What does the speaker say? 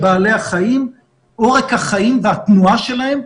עורק החיים והתנועה שלהם,